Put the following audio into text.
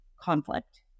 conflict